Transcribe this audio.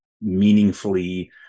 meaningfully